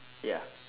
ya